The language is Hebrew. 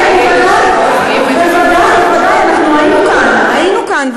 היינו כאן,